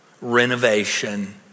renovation